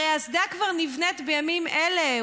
הרי האסדה כבר נבנית בימים אלה,